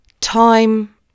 time